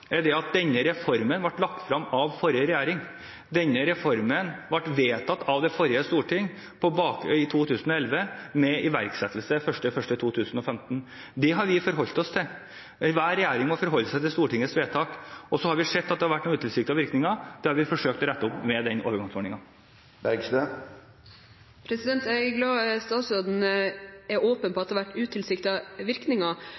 at denne reformen ble lagt frem av forrige regjering. Denne reformen ble vedtatt av det forrige storting i 2011, med iverksettelse 1. januar 2015. Det har vi forholdt oss til. Enhver regjering må forholde seg til Stortingets vedtak. Så har vi sett at det har vært noen utilsiktede virkninger, og det har vi forsøkt å rette opp med den overgangsordningen. Jeg er glad for at statsråden er åpen på at det har vært utilsiktede virkninger.